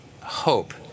hope